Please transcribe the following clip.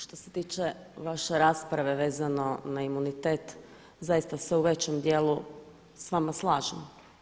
Što se tiče vaše rasprave vezano na imunitet, zaista se u većem dijelu s vama slažem.